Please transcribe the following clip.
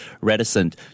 reticent